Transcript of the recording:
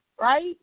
right